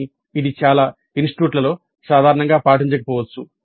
కానీ ఇది చాలా ఇన్స్టిట్యూట్లలో సాధారణంగా పాటించకపోవచ్చు